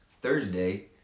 Thursday